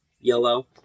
Yellow